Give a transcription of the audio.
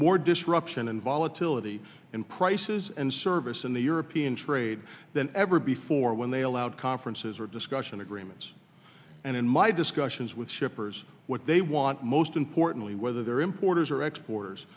more disruption and volatility in prices and service in the european trade than ever before when they allowed conferences or discussion agreements and in my discussions with shippers what they want most importantly whether they're importers or exporters